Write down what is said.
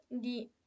di